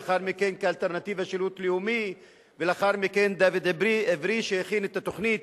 לאחר מכן כאלטרנטיבה שירות לאומי ולאחר מכן דוד עברי שהכין את התוכנית,